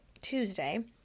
Tuesday